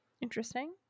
Interesting